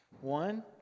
One